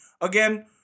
again